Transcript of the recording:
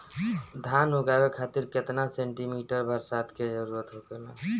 धान उगावे खातिर केतना सेंटीमीटर बरसात के जरूरत होखेला?